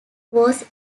was